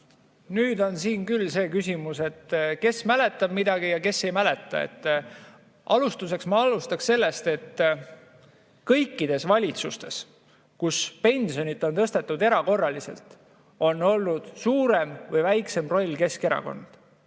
Nüüd on siin küll see küsimus, et kes mäletab midagi ja kes ei mäleta. Ma alustaks sellest, et kõikides valitsustes, kus pensionit on tõstetud erakorraliselt, on olnud suurem või väiksem roll Keskerakonnal.